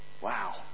wow